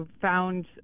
found